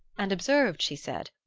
and observed, she said,